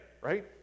right